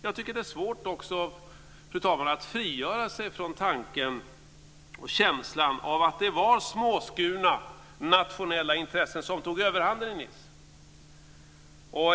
Jag tycker också att det är svårt, fru talman, att frigöra sig från tanken och känslan att det var småskurna nationella intressen som tog överhanden i Nice.